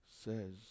says